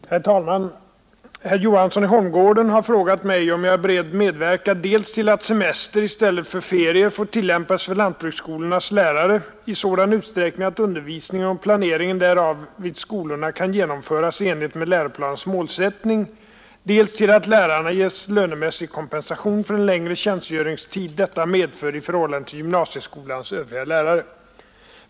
Herr talman! Herr Johansson i Holmgården har frågat mig om jag är beredd medverka dels till att semester i stället för ferier får tillämpas för lantbruksskolornas lärare i sådan utsträckning att undervisningen och planeringen därav vid skolorna kan genomföras i enlighet med läroplanens målsättning, dels till att lärarna ges lönemässig kompensation för den längre tjänstgöringstid detta medför i förhållande till gymnasieskolans övriga lärare.